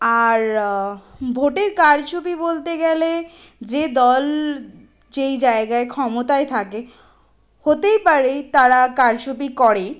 আর ভোটের কারচুপি বলতে গেলে যে দল যেই জায়গায় ক্ষমতায় থাকে হতেই পারে তারা কারচুপি করে